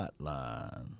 hotline